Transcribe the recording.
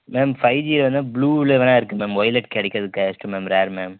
ma'am five G வந்து ப்ளூவில் வேணா இருக்கு மேம் ஒயிலட் கிடைக்கிறது கஷ்ட்டம் மேம் ரேரு மேம்